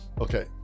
Okay